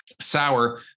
sour